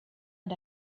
and